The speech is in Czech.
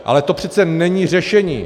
Ale to přece není řešení.